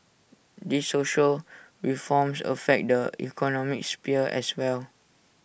these social reforms affect the economic sphere as well